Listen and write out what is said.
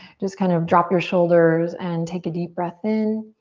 just kind of drop your shoulders and take a deep breath in.